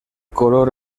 color